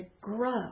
grow